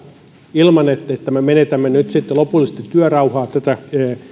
ilman että me menetämme nyt sitten lopullisesti työrauhaa tätä